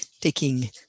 taking